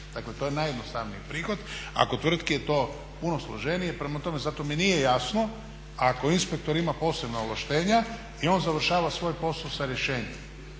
Dakle to je najjednostavniji prihod, a kod tvrtki je to puno složenije. Prema tome, zato mi nije jasno ako inspektor ima posebna ovlaštenja i on završava svoj posao sa rješenjem